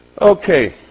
Okay